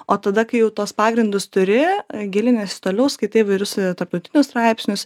o tada kai jau tuos pagrindus turi giliniesi toliau skaitai įvairius tarptautinius straipsnius